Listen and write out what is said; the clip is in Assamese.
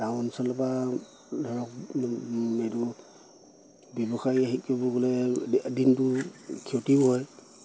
গাঁও অঞ্চলৰ পৰা ধৰক এইটো ব্যৱসায়ী হেৰি কৰিব গ'লে দিনটো ক্ষতিও হয়